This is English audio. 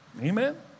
Amen